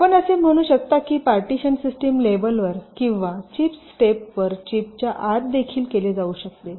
आपण असे म्हणू शकता की पार्टीशन सिस्टम लेवलवर किंवा चिप स्टेपवर चिपच्या आत देखील केले जाऊ शकते